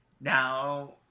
Now